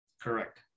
Correct